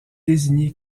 désigné